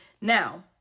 Now